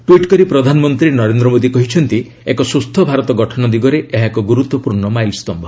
tweet କରି ପ୍ରଧାନମନ୍ତ୍ରୀ ନରେନ୍ଦ୍ର ମୋଦି କହିଛନ୍ତି ଏକ ସୁସ୍ଥ ଭାରତ ଗଠନ ଦିଗରେ ଏହା ଏକ ଗୁରୁତ୍ୱପୂର୍ଣ୍ଣ ମାଇଲସ୍ତମ୍ଭ